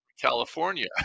California